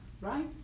right